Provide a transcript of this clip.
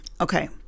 Okay